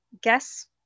guess